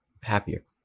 happier